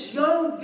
young